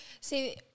See